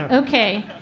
ok.